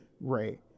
Ray